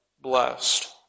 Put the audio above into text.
blessed